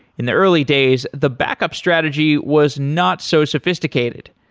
in the early days, the backup strategy was not so sophisticated.